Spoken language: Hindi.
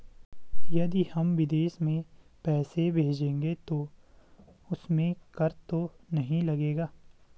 यदि हम विदेश में पैसे भेजेंगे तो उसमें कर तो नहीं लगेगा?